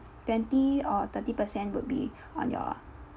twenty or thirty percent would be on your